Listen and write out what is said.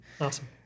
Awesome